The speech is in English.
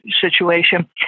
situation